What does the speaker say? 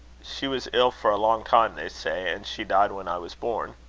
she was ill for a long time, they say and she died when i was born.